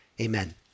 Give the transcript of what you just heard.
amen